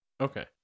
Okay